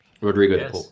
Rodrigo